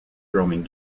roaming